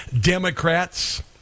Democrats